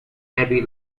berry